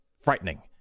frightening